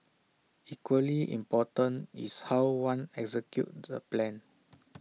equally important is how one executes the plan